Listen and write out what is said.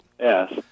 Yes